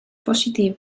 positive